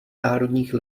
národních